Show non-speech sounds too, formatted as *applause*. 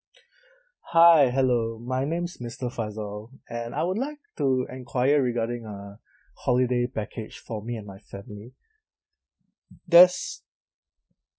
*breath* hi hello my name's mister faisal and I would like to enquire regarding a holiday package for me and my family there's